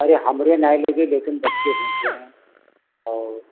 अरे हमरे ना लेकिन बच्चे भूखे हैं और